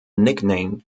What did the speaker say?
nickname